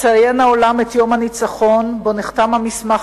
מציין העולם את יום הניצחון שבו נחתם המסמך